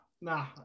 nah